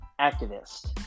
activist